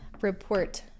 report